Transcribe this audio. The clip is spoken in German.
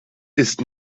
ist